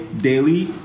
daily